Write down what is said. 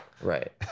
Right